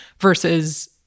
versus